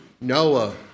Noah